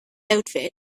outfit